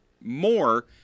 more